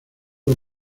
los